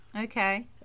Okay